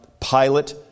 Pilate